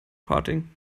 farting